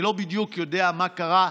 אני לא בדיוק יודע מה קרה,